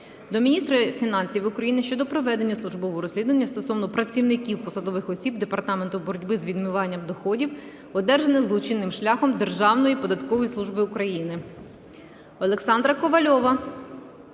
до міністра фінансів України щодо проведення службового розслідування стосовно працівників посадових осіб Департаменту боротьби з відмиванням доходів, одержаних злочинним шляхом Державної податкової служби України.